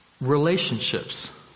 Relationships